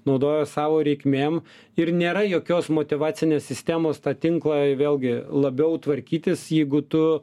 naudoja savo reikmėm ir nėra jokios motyvacinės sistemos tą tinklą vėlgi labiau tvarkytis jeigu tu